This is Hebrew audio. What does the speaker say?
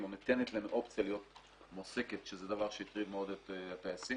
או ניתנת להם אופציה להיות מועסקים - שזה דבר שהטריד מאוד את הטייסים